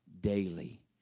daily